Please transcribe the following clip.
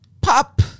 pop